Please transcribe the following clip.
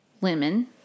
lemon